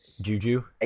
Juju